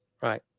Right